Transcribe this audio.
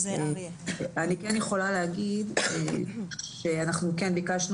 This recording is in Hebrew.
אני כן יכולה להגיד שאנחנו כן ביקשנו